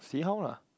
see how lah